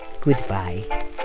Goodbye